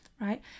right